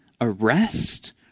arrest